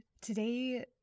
Today